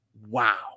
Wow